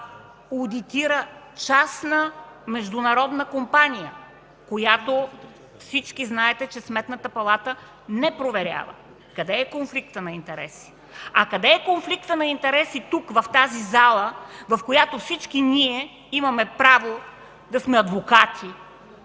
одитира частна международна компания, която всички знаете, че Сметната палата не проверява, къде е конфликтът на интереси? А къде е конфликтът на интереси тук, в тази зала, в която всички ние имаме право да сме адвокати